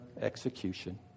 execution